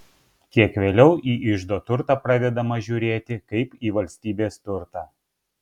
kiek vėliau į iždo turtą pradedama žiūrėti kaip į valstybės turtą